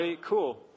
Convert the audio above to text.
Cool